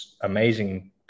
amazing